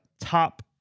top –